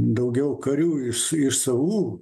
daugiau karių iš iš savų